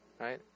Right